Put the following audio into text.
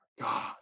god